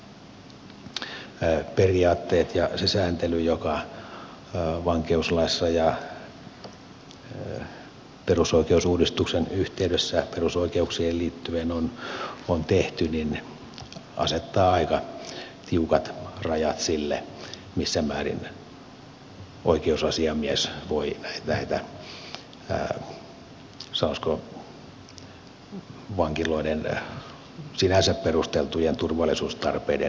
nämä periaatteet ja se sääntely joka vankeuslaissa ja perusoikeusuudistuksen yhteydessä perusoikeuksiin liittyen on tehty asettaa aika tiukat rajat sille missä määrin oikeusasiamies voi sanoisiko vankiloiden sinänsä perusteltujen turvallisuustarpeiden hyväksi näitä tulkintoja väljentää